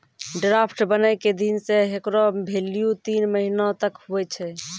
draft बनै के दिन से हेकरो भेल्यू तीन महीना तक हुवै छै